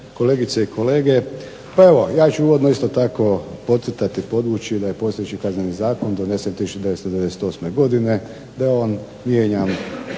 kolegice i kolege. Pa evo, ja ću uvodno isto tako podcrtati, podvući da je postojeći Kazneni zakon donesen 1998. godine, da je on mijenjan.